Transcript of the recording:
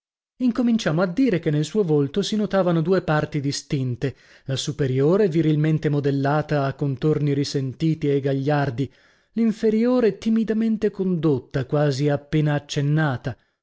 incominciamo a dire che nel suo volto si notavano due parti distinte la superiore virilmente modellata a contorni risentiti e gagliardi l'inferiore timidamente condotta quasi appena accennata